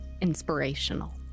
inspirational